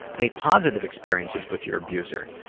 any positive experiences with your abuser?